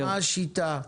מה השיטה?